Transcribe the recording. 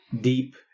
deep